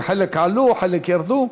חלק עלו וחלק ירדו.